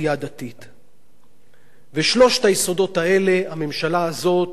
ואת שלושת היסודות האלה הממשלה הזאת מביאה לקיצוניות,